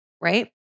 right